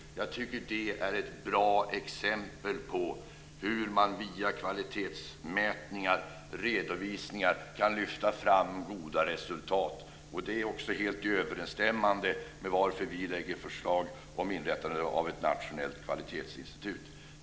Jag tycker att det är ett bra exempel på hur man via kvalitetsmätningar och redovisningar kan lyfta fram goda resultat. Det är också helt i överensstämmelse med att vi lägger fram förslag om inrättande av ett nationellt kvalitetsinstitut.